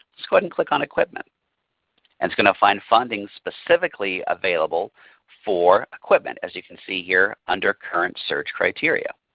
let's go ahead and click on equipment and it's going to find funding specifically available for equipment as you can see here under current search criteria.